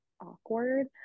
awkward